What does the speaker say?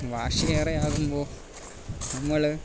വാശിയേറെയാകുമ്പോൾ നമ്മള്